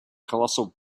colossal